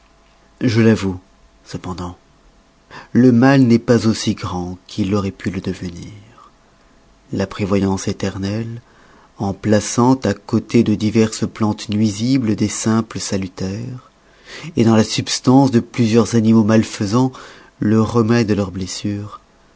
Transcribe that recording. je l'avoue cependant le mal n'est pas aussi grand qu'il auroit pu le devenir la prévoyance éternelle en plaçant à côté de diverses plantes nuisibles des simples salutaires dans la substance de plusieurs animaux malfaisans le remède à leurs blessures